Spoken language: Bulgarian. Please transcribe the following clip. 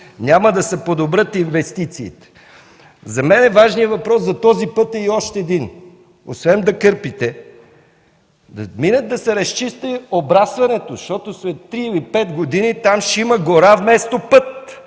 Няма да се подобрят инвестициите. За мен важен въпрос за този път е и още един – освен да кърпите, да се разчисти обрастването, защото след 3 или 5 години там ще има гора вместо път,